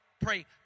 Pray